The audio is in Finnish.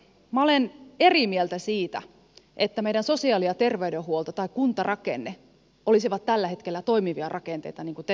minä olen eri mieltä siitä että meidän sosiaali ja terveydenhuolto tai kuntarakenne olisivat tällä hetkellä toimivia rakenteita niin kuin te totesitte